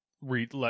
read